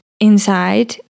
inside